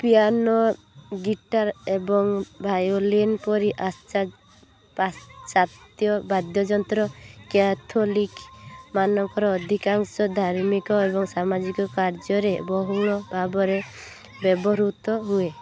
piano guitar ଏବଂ violin ପରି ସାପା ପାଶ୍ଚାତ୍ୟ ବାଦ୍ୟଯନ୍ତ୍ର କ୍ୟାଥୋଲିକମାନଙ୍କର ଅଧିକାଂଶ ଧାର୍ମିକ ଏବଂ ସାମାଜିକ କାର୍ଯ୍ୟରେ ବହୁଳ ଭାବରେ ବ୍ୟବହୃତ ହୁଏ